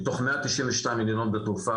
מתוך 192 מדינות בתעופה,